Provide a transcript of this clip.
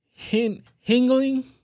Hingling